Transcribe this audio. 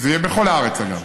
זה יהיה בכל הארץ, אגב,